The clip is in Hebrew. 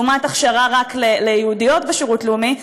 לעומת הכשרה רק ליהודיות בשירות לאומי.